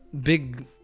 big